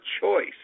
choice